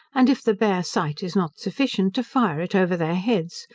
and if the bare sight is not sufficient, to fire it over their heads,